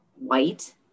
white